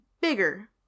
bigger